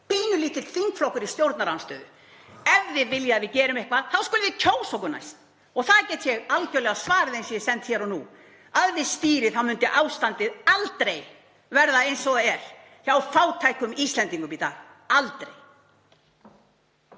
pínulítill þingflokkur í stjórnarandstöðu? Ef þið viljið að við gerum eitthvað þá skuluð þið kjósa okkur næst. Og það get ég algjörlega svarið, eins og ég stend hér og nú, að með okkur við stýrið þá myndi ástandið aldrei verða eins og það er hjá fátækum Íslendingum í dag. Aldrei.